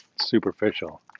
superficial